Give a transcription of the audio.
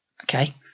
okay